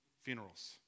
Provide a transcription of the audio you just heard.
funerals